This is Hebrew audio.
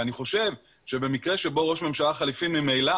אני חושב שבמקרה שבו ראש ממשלה חליפי ממילא